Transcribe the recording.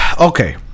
Okay